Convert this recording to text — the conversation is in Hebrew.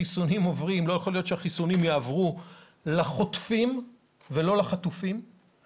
שהחיסונים יעברו לחוטפים ולא לחטופים;